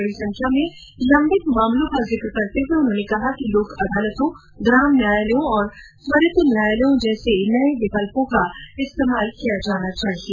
बड़ी संख्या में लंबित मामलों का जिक्र करते हुए उन्होंने कहा कि लोक अदालतों ग्राम न्यायालयों और त्वरित न्यायालयों जैसे नये विकल्पों का इस्तेमाल किया जाना चाहिए